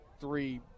three